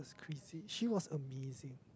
crazy she was amazing